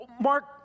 Mark